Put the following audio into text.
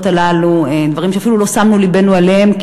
הללו דברים שאפילו לא שמנו לבנו אליהם,